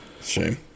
Shame